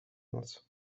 noc